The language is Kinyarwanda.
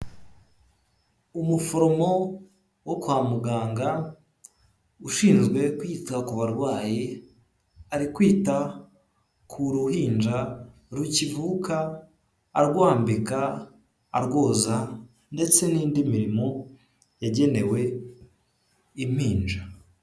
Umuforomo wo kwa muganga, ushinzwe kwita ku barwayi, ari kwita ku ruhinja rukivuka, arwambika arwoza ndetse n'indi mirimo yagenewe impinja.